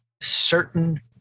certain